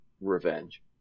revenge